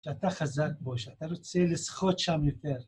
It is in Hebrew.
שאתה חזק בו, שאתה רוצה לשחות שם יותר.